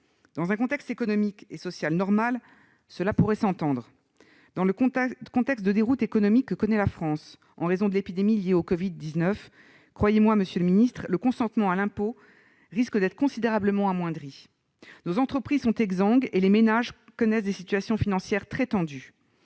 Dans un contexte économique et social normal, cette mesure pourrait s'entendre ; mais dans le contexte de déroute économique que connaît la France en raison de l'épidémie de Covid-19, croyez-moi, monsieur le secrétaire d'État, le consentement à l'impôt risque d'être considérablement amoindri : nos entreprises sont exsangues, et les ménages connaissent des situations financières très tendues